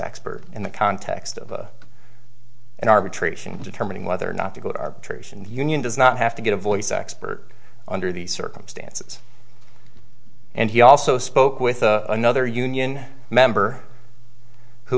expert in the context of an arbitration determining whether or not to go to arbitration the union does not have to get a voice expert under these circumstances and he also spoke with a another union member who